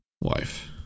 wife